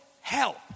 help